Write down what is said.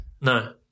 No